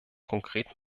konkret